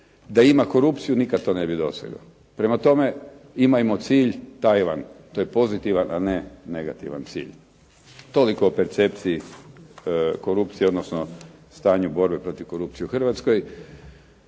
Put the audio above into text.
da ima korupciju nikad to ne bi dosegao. Prema tome imamo cilj Tajvan, to je pozitivan a ne negativan cilj. Toliko o percepciji korupcije, odnosno stanju borbe protiv korupcije u Hrvatskoj.